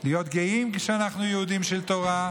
להיות גאים כשאנחנו יהודים של תורה,